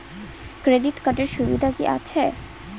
Credit কার্ডের সুবিধা কি আছে?